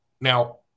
Now